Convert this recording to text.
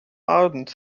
arendt